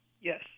Yes